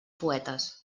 poetes